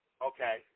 Okay